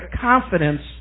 confidence